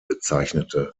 bezeichnete